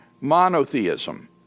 monotheism